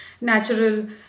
natural